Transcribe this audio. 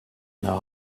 know